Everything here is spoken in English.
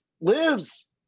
lives